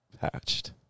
Patched